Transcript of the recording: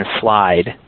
slide